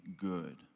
good